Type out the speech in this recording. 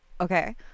Okay